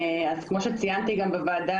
אז כמו שציינתי גם בוועדה,